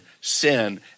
sin